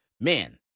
Man